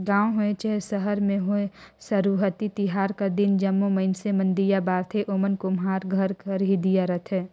गाँव होए चहे सहर में होए सुरहुती तिहार कर दिन जम्मो मइनसे मन दीया बारथें ओमन कुम्हार घर कर ही दीया रहथें